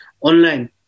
online